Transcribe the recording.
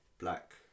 Black